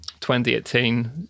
2018